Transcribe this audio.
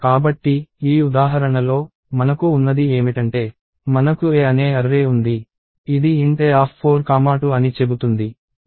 కాబట్టి ఈ ఉదాహరణలో మనకు ఉన్నది ఏమిటంటే మనకు A అనే అర్రే ఉంది ఇది Int A42 అని చెబుతుంది